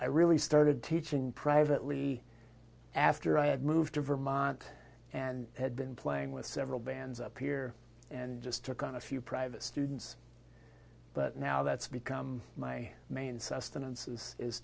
i really started teaching privately after i had moved to vermont and had been playing with several bands up here and just took on a few private students but now that's become my main sustenance